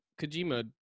Kojima